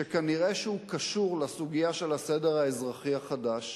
שכנראה קשור לסוגיה של הסדר האזרחי החדש,